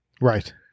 Right